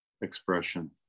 expression